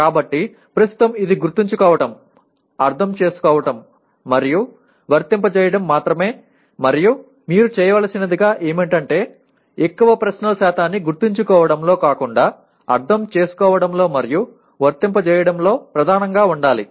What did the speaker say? కాబట్టి ప్రస్తుతం ఇది గుర్తుంచుకోవటం అర్థం చేసుకోవటం మరియు వర్తింపజేయటం మాత్రమే మరియు మీరు చేయవలసినది ఏమిటంటే ఎక్కువ ప్రశ్నల శాతాన్ని గుర్తుంచుకోవడంలో కాకుండా అర్థం చేసుకోవడంలో మరియు వర్తింపజేయటం లో ప్రధానంగా ఉండాలి